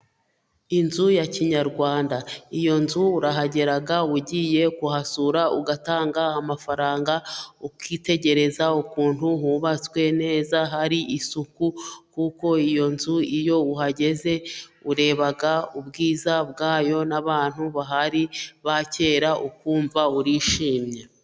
Inzu ya kinyarwanda iyo nzu urahagera ugiye kuhasura ugatanga amafaranga ukitegereza ukuntu hubatswe neza hari isuku, kuko iyo nzu iyo uhageze ureba ubwiza bwayo n'abantu bahari ba kera ukumva urishimye.